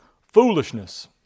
Foolishness